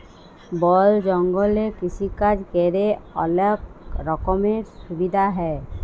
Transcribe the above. বল জঙ্গলে কৃষিকাজ ক্যরে অলক রকমের সুবিধা হ্যয়